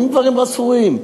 אלה דברים אסורים.